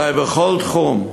אלא בכל תחום,